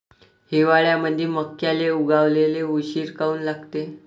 हिवाळ्यामंदी मक्याले उगवाले उशीर काऊन लागते?